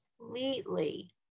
completely